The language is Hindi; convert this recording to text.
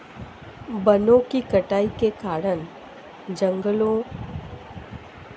वनों की कटाई के कारण जंगली जानवरों को रहने के लिए कोई ठिकाना नहीं बचा है